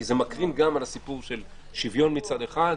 כי זה מקרין גם על הסיפור של שוויון מצד אחד,